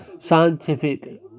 scientific